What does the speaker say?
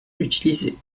utilisée